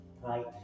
Right